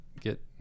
get